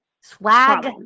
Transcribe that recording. Swag